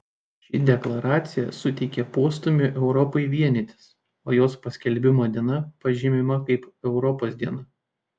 ši deklaracija suteikė postūmį europai vienytis o jos paskelbimo diena pažymima kaip europos diena